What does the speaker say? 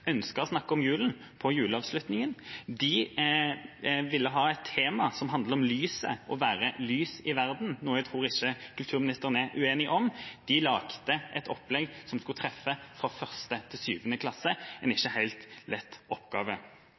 å snakke om jula på juleavslutningen. De ville ha et tema som handlet om lyset – å være lys i verden, noe jeg tror kulturministeren ikke er uenig i. De laget et opplegg som skulle treffe fra 1. til 7. klasse – en ikke helt lett oppgave.